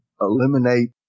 eliminate